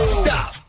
stop